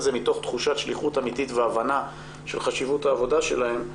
זה מתוך תחושת שליחות אמיתית והבנה של חשיבות העבודה שלהן.